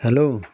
hello